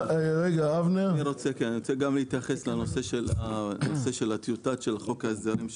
אני רוצה גם להתייחס לנושא של הטיוטה של חוק ההסדרים,